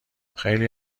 خیلی